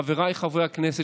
חבריי חברי הכנסת,